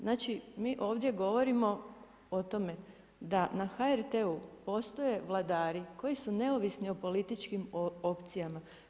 Znači mi ovdje govorimo o tome da na HRT-u postoje vladari koji su neovisni o političkim opcijama.